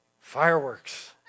Fireworks